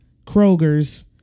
Kroger's